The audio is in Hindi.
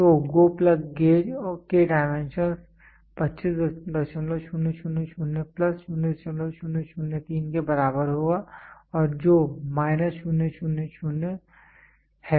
तो GO प्लग गेज के डाइमेंशंस 25000 प्लस 0003 के बराबर होगा और जो माइनस 0000 है